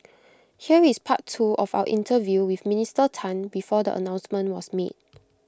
here is part two of our interview with Minister Tan before the announcement was made